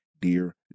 dear